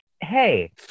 Hey